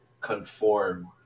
conform